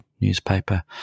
newspaper